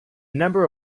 number